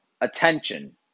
attention